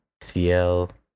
CL